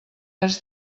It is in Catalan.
has